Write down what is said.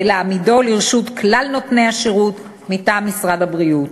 ולהעמידו לרשות כלל נותני השירות מטעם משרד הבריאות.